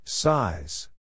Size